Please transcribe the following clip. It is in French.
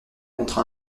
contre